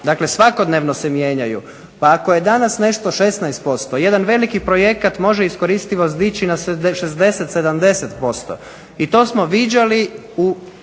svakodnevno. Pa ako je danas nešto 16% jedan veliki projekat može iskoristivost dići na 60, 70% i to smo viđali u